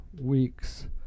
weeks